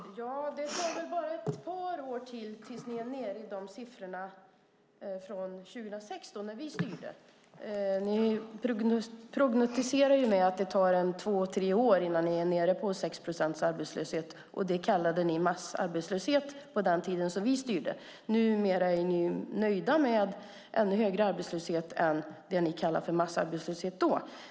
Herr talman! Det tar väl bara ett par år till innan ni är nere i siffrorna från 2006 då vi styrde. Ni prognostiserade att det skulle ta två tre år innan ni skulle vara nere på 6 procents arbetslöshet. Det kallade ni massarbetslöshet på den tiden då vi styrde. Nu är ni nöjda med ännu högre arbetslöshet än det som ni kallade massarbetslöshet då.